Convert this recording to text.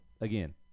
again